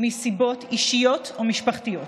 מסיבות אישיות או משפחתיות.